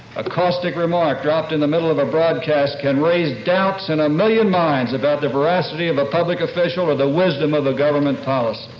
a caustic remark dropped in the middle of a broadcast can raise doubts in a million minds about the veracity of a public official or the wisdom of a government policy,